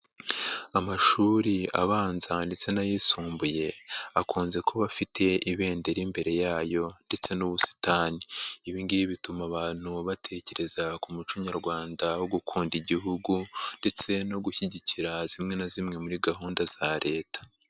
Amashuri abanza ndetse n'ayisumbuye akunze kuba afite ibendera imbere yayo ndetse n'ubusitani. Ibi ngibi bituma abantu batekereza ku muco nyarwanda wo gukunda Igihugu ndetse no gushyigikira zimwe na zimwe muri gahunda za Leta.